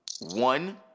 one-